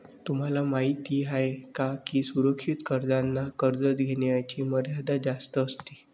तुम्हाला माहिती आहे का की सुरक्षित कर्जांना कर्ज घेण्याची मर्यादा जास्त असते